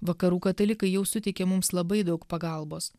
vakarų katalikai jau suteikė mums labai daug pagalbos